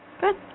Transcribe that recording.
Good